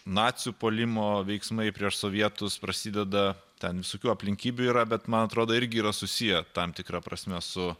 nacių puolimo veiksmai prieš sovietus prasideda ten visokių aplinkybių yra bet man atrodo irgi yra susiję tam tikra prasme su